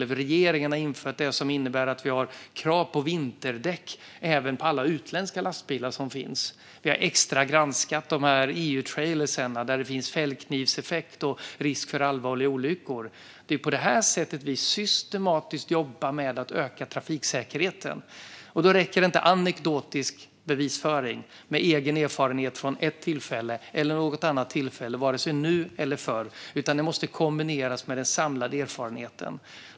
Regeringen har infört krav på vinterdäck även för alla utländska lastbilar som finns i Sverige. Vi har extragranskat EU-trailrarna där det finns en fällknivseffekt och risk för allvarliga olyckor. Det är på detta sätt vi systematiskt jobbar med att öka trafiksäkerheten. Då räcker inte anekdotisk bevisföring med egen erfarenhet från ett eller annat tillfälle, nu eller förr. Detta måste kombineras med den samlade erfarenheten.